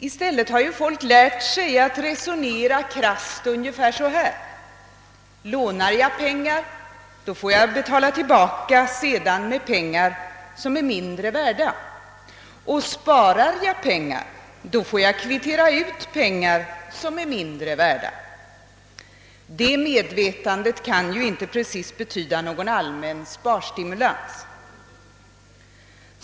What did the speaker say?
I stället har man lärt sig att resonera krasst ungefär så här: »Lånar jag pengar, får jag sedan betala tillbaka med pengar som är mindre värda. Sparar jag pengar får jag kvittera ut pengar som är mindre värda.» Detta medvetande kan inte precis betyda någon allmän sparstimulans.